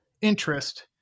interest